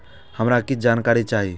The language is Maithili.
हमरा कीछ जानकारी चाही